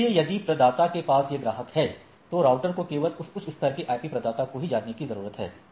इसलिए यदि प्रदाता के पास ये ग्राहक हैं तो राउटर को केवल इस उच्च स्तर के आईपी प्रदाता को ही जानने की जरूरत है